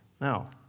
Now